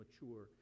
mature